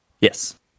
Yes